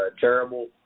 terrible